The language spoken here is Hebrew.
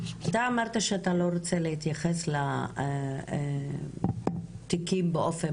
אתה אמרת שאתה לא רוצה להתייחס לתיקים באופן